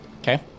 Okay